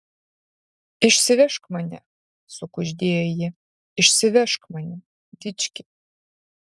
išsivežk mane sukuždėjo ji išsivežk mane dički